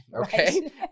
okay